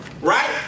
right